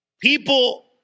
People